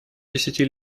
десяти